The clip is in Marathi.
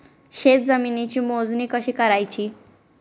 शेत जमिनीची मोजणी कशी करायची?